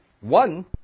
one